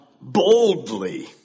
boldly